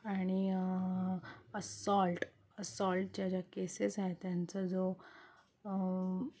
आणि असॉल्ट असॉल्टच्या ज्या केसेस आहेत त्यांचा जो